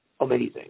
amazing